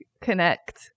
connect